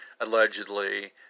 allegedly